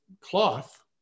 cloth